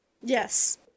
yes